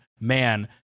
Man